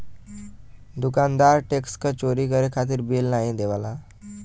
दुकानदार टैक्स क चोरी करे खातिर बिल नाहीं देवला